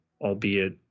albeit